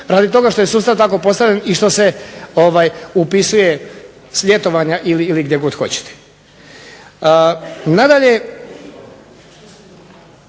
radi toga što je sustav tako postavljen i što se upisuje s ljetovanja ili gdje god hoćete.